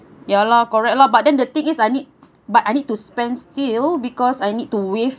ya lah correct lah but then the thing is I need but I need to spend still because I need to waive